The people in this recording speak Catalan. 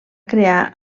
crear